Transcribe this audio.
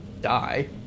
die